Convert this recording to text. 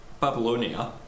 Babylonia